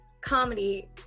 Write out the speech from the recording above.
Comedy